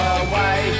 away